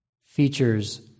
features